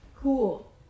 cool